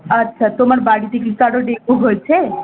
আচ্ছা তোমার বাড়িতে কি কারো ডেঙ্গু হয়েছে